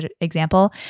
example